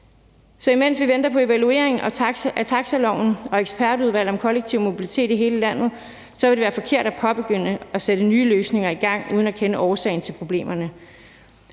Så imens vi venter på evalueringen af taxiloven og Ekspertudvalg om kollektiv mobilitet i hele Danmark, vil det være forkert at påbegynde at sætte nye løsninger i gang uden at kende årsagen til problemerne.